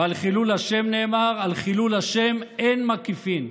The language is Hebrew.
ועל חילול השם נאמר: על חילול השם אין מקיפין.